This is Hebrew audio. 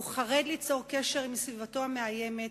הוא חרד ליצור קשר עם סביבתו המאיימת